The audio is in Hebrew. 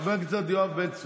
חבר הכנסת יואב בן צור.